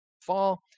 fall